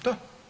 Da.